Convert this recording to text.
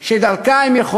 פתאום הפקסימיליה הפכה כלי,